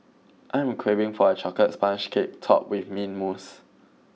I am craving for a chocolate sponge cake topped with mint mousse